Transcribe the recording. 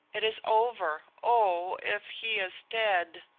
it is over! oh, if he is dead!